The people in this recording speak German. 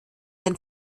den